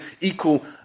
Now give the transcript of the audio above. equal